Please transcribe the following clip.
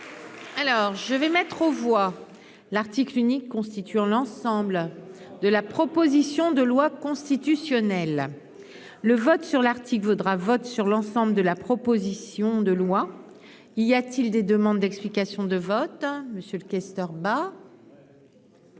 alors je vais mettre. Trop voix l'article unique constituant l'ensemble de la proposition de loi constitutionnelle le vote sur l'article vaudra vote sur l'ensemble de la proposition de loi, il y a-t-il des demandes d'explications de vote, hein, monsieur le questeur bah.